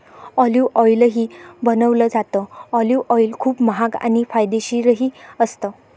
olive ऑईलही बनवलं जातं, ऑलिव्ह ऑईल खूप महाग आणि फायदेशीरही असतं